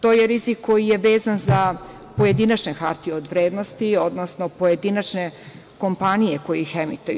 To je rizik koji je vezan za pojedinačne hartije od vrednosti, odnosno pojedinačne kompanije koje ih emituju.